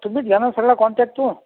तुम्हीच घ्या ना सगळ्या कॉन्ट्रॅक्टच